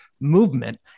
movement